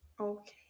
Okay